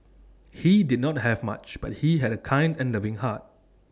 he did not have much but he had A kind and loving heart